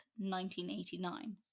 1989